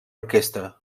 orquestra